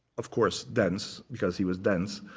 of course, dense because he was dense.